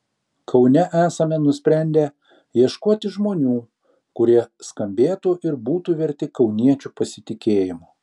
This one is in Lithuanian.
kaune esame nusprendę ieškoti žmonių kurie skambėtų ir būtų verti kauniečių pasitikėjimo